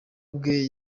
bwe